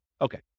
Okay